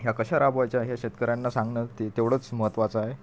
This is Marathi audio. ह्या कशा राबवायच्या हे शेतकऱ्यांना सांगणं तेवढंच महत्त्वाचं आहे